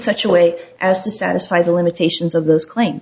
such a way as to satisfy the limitations of those claims